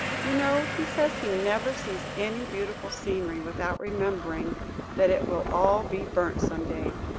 you know he says he never sees any beautiful scenery without remembering that it will all be burnt some day!